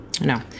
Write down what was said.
No